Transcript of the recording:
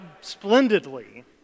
splendidly